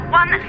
one